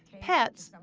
pets,